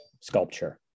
sculpture